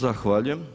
Zahvaljujem.